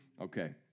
okay